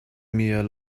mir